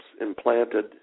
implanted